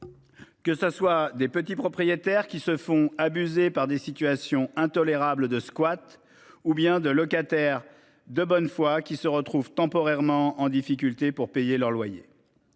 Que ça soit des petits propriétaires qui se font abuser par des situations intolérables de squat ou bien de locataires de bonne foi qui se retrouvent temporairement en difficulté pour payer leur loyer.